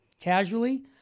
casually